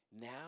now